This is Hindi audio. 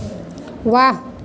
वाह